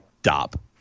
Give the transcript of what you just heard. Stop